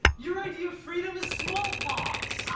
your idea of freedom is smallpox!